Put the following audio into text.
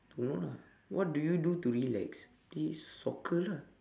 don't know lah what do you do to relax play soccer lah